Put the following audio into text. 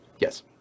Yes